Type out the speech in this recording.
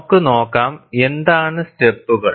നമുക്ക് നോക്കാം എന്താണ് സ്റെപ്പുകൾ